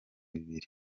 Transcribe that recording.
bibiri